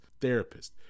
therapist